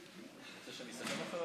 רוצה שאני אסכם עכשיו?